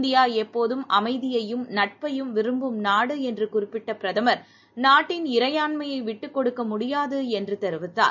இந்தியாளப்போதும் அமைதியையும் நட்பையும் விரும்பும் நாடுஎன்றுகுறிப்பிட்டபிரதமர் நாட்டின் இறையாண்மையைவிட்டுக் கொடுக்கமுடியாதுஎன்றுகூறினார்